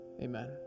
Amen